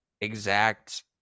exact